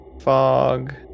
fog